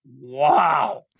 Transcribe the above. wow